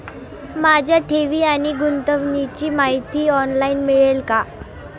माझ्या ठेवी आणि गुंतवणुकीची माहिती ऑनलाइन मिळेल का?